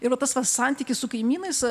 ir va tas santykis su kaimynais